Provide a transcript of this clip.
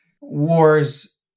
wars